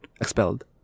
Expelled